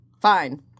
Fine